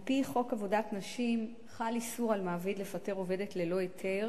על-פי חוק עבודת נשים חל איסור על מעביד לפטר עובדת ללא היתר